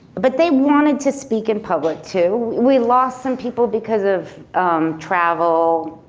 but they wanted to speak in public too. we lost some people because of travel,